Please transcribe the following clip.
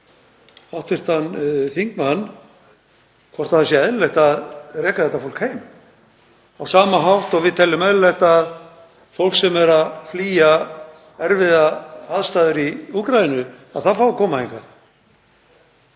að spyrja hv. þingmann hvort það sé eðlilegt að reka þetta fólk heim á sama hátt og við teljum eðlilegt að fólk sem er að flýja erfiðar aðstæður í Úkraínu fái að koma hingað.